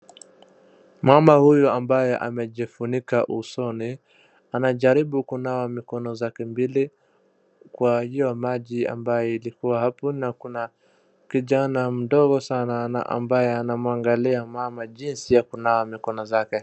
Mama huyu ambaye amejifunika usoni anajaribu kunawa mikono zake mbili kwa hiyo maji ambayo ilikua hapo na kuna kijana mdogo sana ambaye anamwangalia mama jinsi ya kunawa mikono zake.